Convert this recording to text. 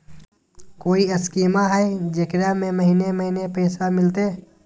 कोइ स्कीमा हय, जेकरा में महीने महीने पैसा मिलते?